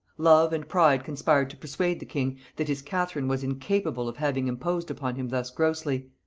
love and pride conspired to persuade the king that his catherine was incapable of having imposed upon him thus grossly,